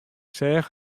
seach